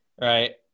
right